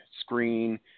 screen